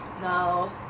No